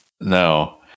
No